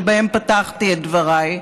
שבהם פתחתי את דבריי,